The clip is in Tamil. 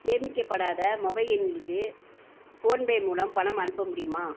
சேமிக்கப்படாத மொபைல் எண்களுக்கு ஃபோன்பே மூலம் பணம் அனுப்ப முடியுமா